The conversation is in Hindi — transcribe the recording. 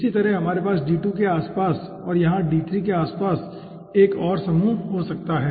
इसी तरह हमारे पास d2 के आसपास और यहां d3 के आसपास एक समूह और हो सकता है